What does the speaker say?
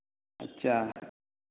अच्छा